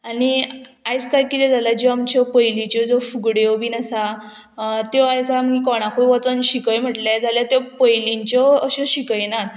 आनी आयज काल कितें जालां ज्यो आमच्यो पयलींच्यो ज्यो फुगड्यो बीन आसा त्यो आयज आमी कोणाकूय वचोन शिकय म्हटलें जाल्यार त्यो पयलींच्यो अश्यो शिकयनात